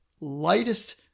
lightest